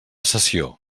sessió